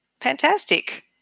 Fantastic